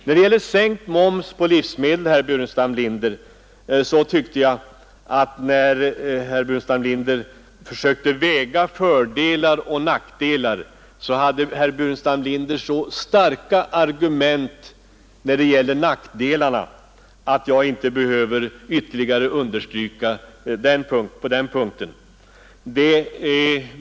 När det gäller sänkt moms på livsmedel tyckte jag att herr Burenstam Linder, när han försökte väga fördelar och nackdelar, hade så starka argument i fråga om nackdelarna att jag inte behöver ytterligare understryka något på den punkten.